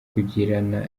kugirana